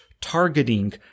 targeting